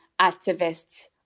activists